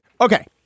Okay